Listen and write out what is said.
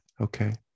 okay